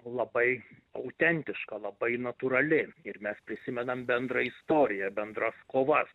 labai autentiška labai natūrali ir mes prisimenam bendrą istoriją bendras kovas